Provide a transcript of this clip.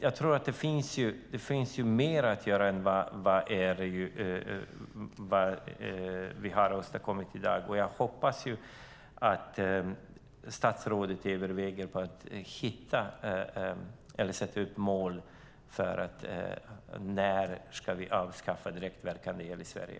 Jag tror alltså att det finns mer att göra än vad vi har åstadkommit i dag. Jag hoppas att statsrådet överväger att sätta upp mål för när vi ska avskaffa direktverkande el i Sverige.